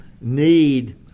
need